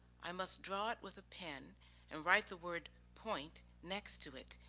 i must draw it with a pen and write the word point next to it,